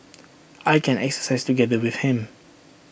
I can exercise together with him